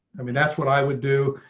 i mean, that's what i would do.